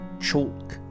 Chalk